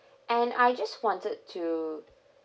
and I just wanted to